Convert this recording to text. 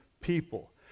people